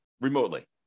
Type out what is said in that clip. remotely